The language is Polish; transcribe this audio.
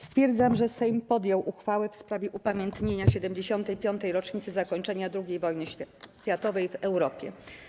Stwierdzam, że Sejm podjął uchwałę w sprawie upamiętnienia 75. rocznicy zakończenia II wojny światowej w Europie.